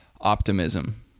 optimism